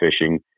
fishing